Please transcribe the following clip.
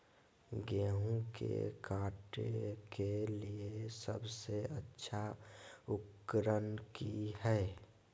गेहूं के काटे के लिए सबसे अच्छा उकरन की है?